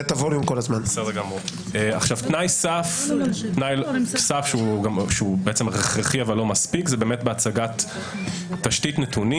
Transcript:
--- תנאי סף שהוא הכרחי אבל לא מספיק הוא הצגת תשתית נתונים